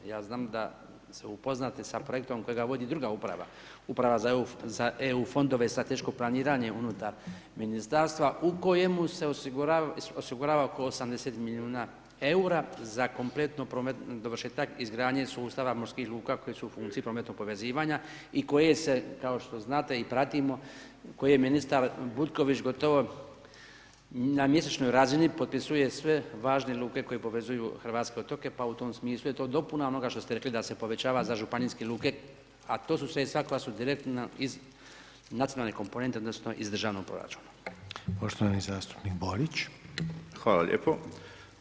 Ja znam da ste upoznati sa projektom kojega vodi druga uprava, uprava za EU Fondove za strateško planiranje unutar Ministarstva u kojemu se osigurava oko 80 milijuna EUR-a za kompletno dovršetak izgradnje sustava morskih luka koji su u funkciji prometnog povezivanja i koje se, kao što znate i pratimo, koje ministar Butković gotovo na mjesečnoj razini potpisuje sve važne luke koje povezuju hrvatske otoke, pa u tome smislu je to dopuna onoga što ste rekli da se povećava za županijske luke, a to su sredstva koja su direktno iz nacionalnih komponenta odnosno iz državnog proračuna.